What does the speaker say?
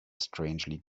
strangely